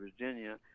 Virginia